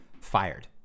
fired